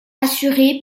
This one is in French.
assurée